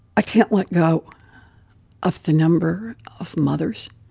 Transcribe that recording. i can't let go of the number of mothers